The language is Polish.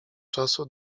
czasu